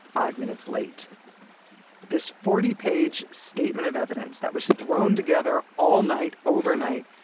five minutes late this forty page statement of evidence that was thrown together all night over-night,